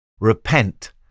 Repent